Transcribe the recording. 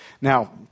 Now